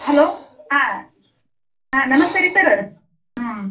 hello ಆಂ ಹಾಂ ನಮಸ್ತೆ ರೀ ಸರ್ ಹ್ಞೂ